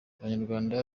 abanyarwanda